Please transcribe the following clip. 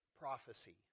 prophecy